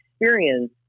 experience